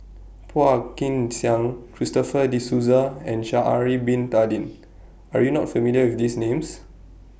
Phua Kin Siang Christopher De Souza and Sha'Ari Bin Tadin Are YOU not familiar with These Names